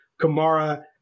Kamara